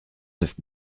neuf